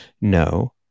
No